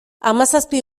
hamazazpi